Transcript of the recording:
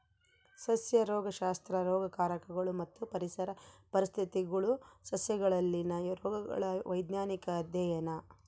ಸಸ್ಯ ರೋಗಶಾಸ್ತ್ರ ರೋಗಕಾರಕಗಳು ಮತ್ತು ಪರಿಸರ ಪರಿಸ್ಥಿತಿಗುಳು ಸಸ್ಯಗಳಲ್ಲಿನ ರೋಗಗಳ ವೈಜ್ಞಾನಿಕ ಅಧ್ಯಯನ